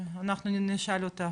וזהו.